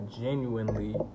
genuinely